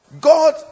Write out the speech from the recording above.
God